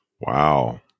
Wow